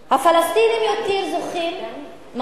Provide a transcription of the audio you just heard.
הפלסטינים, את לא יודעת, מה?